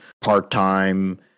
part-time